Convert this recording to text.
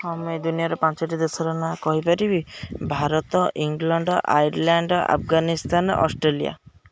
ହଁ ମୁଁ ଦୁନିଆର ପାଞ୍ଚଟି ଦେଶର ନାଁ କହିପାରିବି Bharat England Ireland Afghanistan Australia